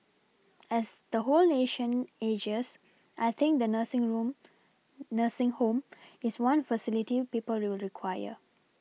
as the whole nation ages I think the nursing room nursing home is one facility people will require